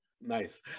Nice